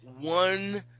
one